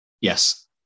Yes